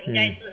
mm